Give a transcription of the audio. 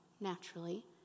naturally